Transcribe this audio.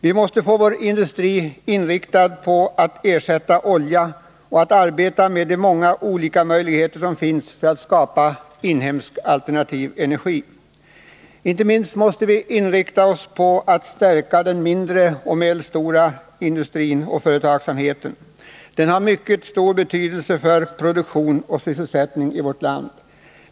Vi måste få vår industri inriktad på att ersätta olja och att arbeta med de många olika möjligheter som finns för att skapa inhemsk alternativ energi. Inte minst måste vi inrikta oss på att stärka den mindre och medelstora industrin. Den har mycket stor betydelse för produktion och sysselsättning i vårt land.